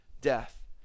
death